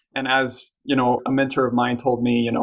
and as you know a mentor of mine told me, you know